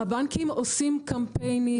הבנקים עושים קמפיינים.